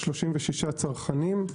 36 צרכנים.